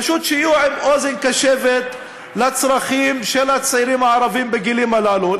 פשוט שיהיו עם אוזן קשבת לצרכים של הצעירים הערבים בגילים הללו.